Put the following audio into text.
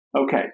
Okay